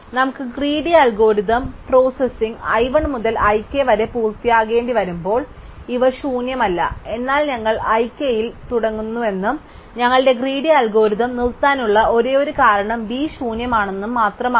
നമ്മുടെ greedy algorithm processing i 1 മുതൽ i k വരെ പൂർത്തിയാക്കേണ്ടിവരുമ്പോൾ ഇവ ശൂന്യമല്ല എന്നാൽ ഞങ്ങൾ i k യിൽ തുടങ്ങുന്നുവെന്നും ഞങ്ങളുടെ ഗ്രീഡി അൽഗോരിതം നിർത്താനുള്ള ഒരേയൊരു കാരണം B ശൂന്യമാണെന്നും മാത്രമാണ്